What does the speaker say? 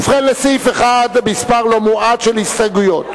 ובכן, לסעיף 1 יש מספר לא מועט של הסתייגויות.